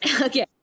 Okay